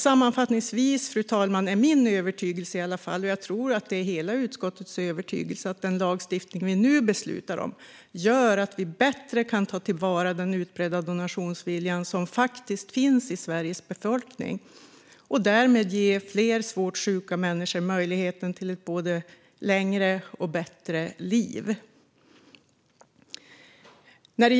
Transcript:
Sammanfattningsvis, fru talman, är det min, och tror jag hela utskottets, övertygelse att den lagstiftning vi nu beslutar om gör att vi bättre kan ta till vara den utbredda donationsviljan som faktiskt finns i Sveriges befolkning och därmed ge fler svårt sjuka människor möjligheten till ett både längre och bättre liv.